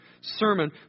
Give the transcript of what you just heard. sermon